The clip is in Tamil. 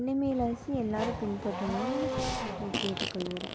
இனிமேலாச்சு எல்லாரும் பின்பற்றணும்னு நான் கேட்டுக் கொள்கிறேன்